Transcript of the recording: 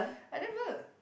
I never